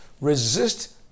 Resist